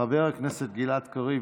חבר הכנסת גלעד קריב,